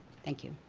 thank you.